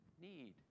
need